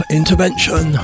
intervention